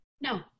No